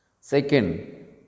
Second